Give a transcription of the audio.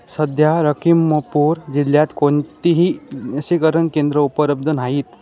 सध्या लखीमपूर जिल्ह्यात कोणतीही लसीकरण केंद्रं उपलब्ध नाहीत